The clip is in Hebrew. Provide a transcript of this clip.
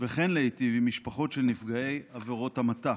וכן עם משפחות של נפגעי עבירות המתה,